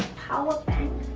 powerbank,